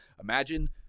Imagine